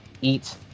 eat